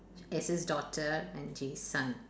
S's daughter and Jay's son